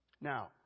Now